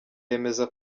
yemeza